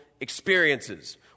experiences